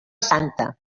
santa